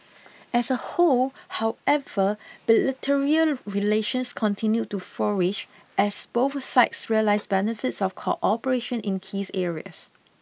as a whole however bilateral relations continued to flourish as both sides realise benefits of cooperation in keys areas